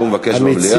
אז הוא מבקש: במליאה,